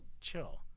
chill